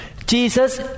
Jesus